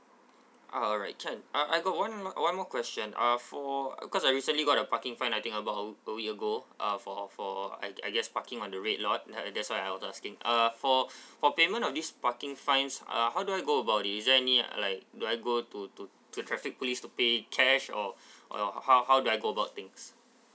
uh alright can uh I I got one m~ one more question uh for because I recently got the parking fine I think about a week ago uh for for I I guess parking on the red lot that that's why I was asking uh for f~ for payment of these parking fines uh how do I go about it is there any uh like do I go to to to traffic police to pay in cash or or how how do I go about things